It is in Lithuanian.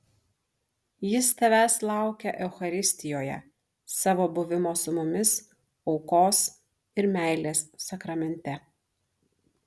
jis tavęs laukia eucharistijoje savo buvimo su mumis aukos ir meilės sakramente